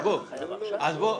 אז בואו